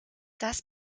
das